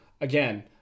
again